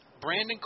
Brandon